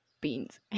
beans